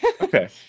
Okay